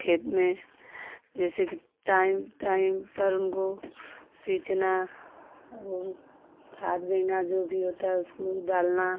खेत में जैसे कि टाइम टाइम पर उनको सीचना और खाद देना जो भी होता है उसको डालना